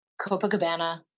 Copacabana